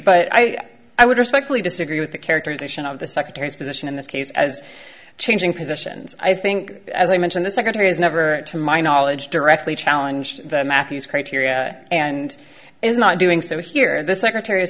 but i i would respectfully disagree with the characterization of the secretary's position in this case as changing positions i think as i mentioned the secretary has never to my knowledge directly challenged the matthys criteria and is not doing so here the secretary